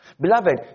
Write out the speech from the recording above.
Beloved